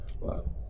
wow